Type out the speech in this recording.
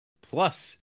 Plus